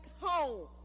home